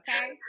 Okay